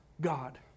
God